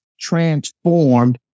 transformed